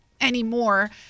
anymore